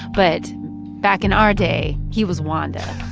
but back in our day, he was wanda